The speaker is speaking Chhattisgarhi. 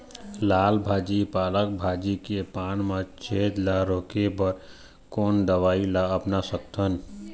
लाल भाजी पालक भाजी के पान मा छेद ला रोके बर कोन दवई ला अपना सकथन?